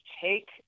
take